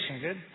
Good